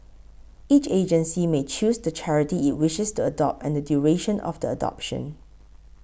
each agency may choose the charity it wishes to adopt and the duration of the adoption